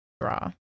draw